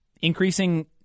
increasing